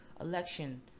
election